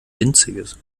winziges